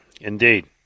Indeed